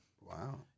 Wow